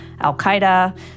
al-Qaeda